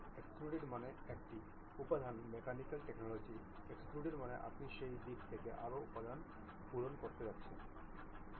extrude মানে একটি উত্পাদন মেকানিকাল টেকনোলজি এক্সট্রুড মানে আপনি সেই দিক থেকে আরও উপাদান পূরণ করতে যাচ্ছেন